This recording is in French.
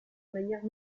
manières